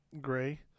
Gray